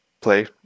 play